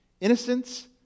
Innocence